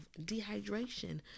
dehydration